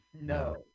No